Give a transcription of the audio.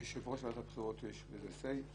ליושב-ראש ועדת הבחירות יש בזה say?